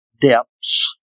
depths